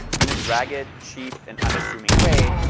in its ragged, cheap and unassuming way,